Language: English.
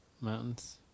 Mountains